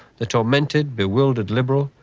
the tormented, bewildered liberal,